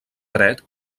dret